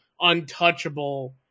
untouchable